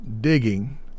digging